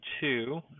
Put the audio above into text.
two